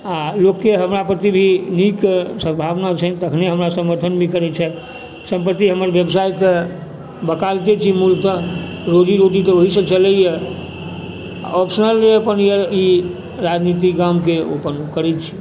आओर लोकके हमरा प्रति भी नीक सद्दभावना छनि तखने हमरा समर्थन भी करैत छथि सम्प्रति हमर व्यवसाय तऽ वकालते छी मूलत रोजी रोटी तऽ ओहिसँ चलैए ऑप्शनल अपनये ई राजनीति गामके अपन करै छी